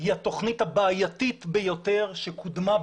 היא התוכנית הבעייתית ביותר שקודמה,